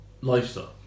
lifestyle